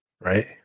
Right